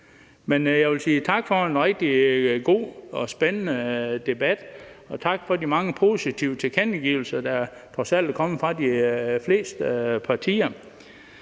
Men jeg vil sige tak for en rigtig god og spændende debat, og tak for de mange positive tilkendegivelser, der trods alt er kommet fra de fleste partier.